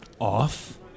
Off